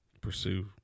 Pursue